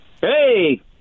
Hey